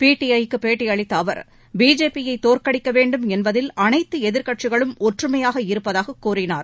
PTI க்கு பேட்டியளித்த அவர் பிஜேபி யை தோற்கடிக்க வேண்டும் என்பதில் அனைத்து எதிர்க்கட்சிகளும் ஒற்றுமையாக இருப்பதாக கூறினார்